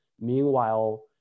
Meanwhile